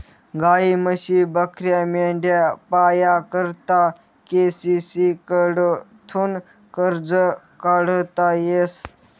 गायी, म्हशी, बकऱ्या, मेंढ्या पाया करता के.सी.सी कडथून कर्ज काढता येस